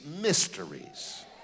mysteries